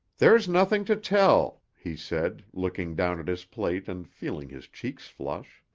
there's nothing to tell, he said, looking down at his plate and feeling his cheeks flush.